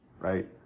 right